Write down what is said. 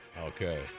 Okay